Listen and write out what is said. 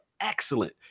excellent